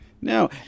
No